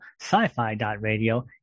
sci-fi.radio